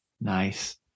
Nice